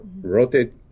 rotate